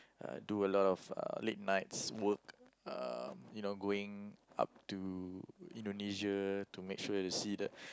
uh do a lot of late nights work uh you know going up to Indonesia to make sure you see that